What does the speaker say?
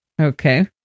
Okay